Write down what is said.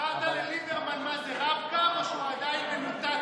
הסברת לליברמן מה זה רב-קו או שהוא עדיין מנותק,